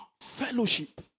fellowship